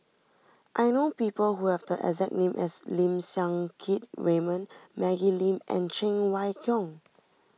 I know people who have the exact name as Lim Siang Keat Raymond Maggie Lim and Cheng Wai Keung